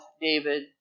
David